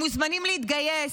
הם מוזמנים להתגייס.